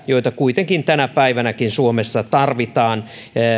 joita kuitenkin tänä päivänäkin suomessa tarvitaan